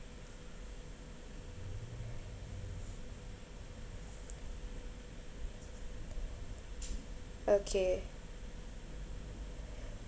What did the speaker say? okay